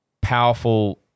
powerful